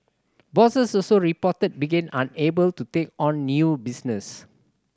bosses also reported begin unable to take on new business